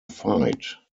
fight